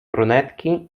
brunetki